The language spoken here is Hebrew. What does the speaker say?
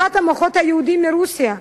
בבריחת המוחות היהודיים מרוסיה?